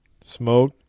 Smoke